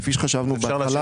כפי שחשבנו בהתחלה,